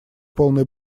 полный